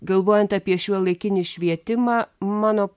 galvojant apie šiuolaikinį švietimą mano